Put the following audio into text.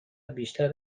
بیشتر